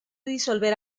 disolver